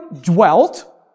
dwelt